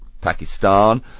Pakistan